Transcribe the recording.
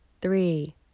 three